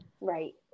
right